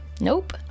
Nope